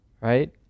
right